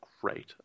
great